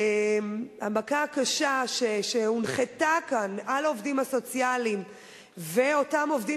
המכה הקשה שהונחתה כאן על העובדים הסוציאליים ואותם עובדים